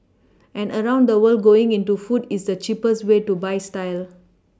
and around the world going into food is the cheapest way to buy style